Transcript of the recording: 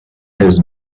has